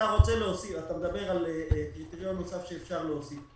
אתה מדבר על קריטריון נוסף שאפשר להוסיף,